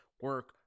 Work